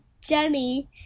Jenny